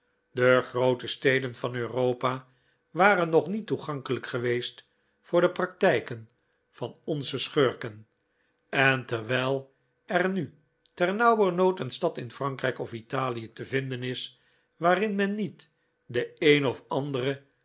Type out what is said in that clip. de groote steden van europa waren nog niet toegankelijk geweest voor de praktijken van onze schurken en terwijl er nu ternauwernood een stad in frankrijk of italie te vinden is waarin men niet den een of anderen